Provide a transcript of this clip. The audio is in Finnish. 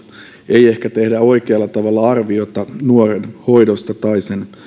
ei ehkä tehdä oikealla tavalla arviota nuoren hoidosta tai sen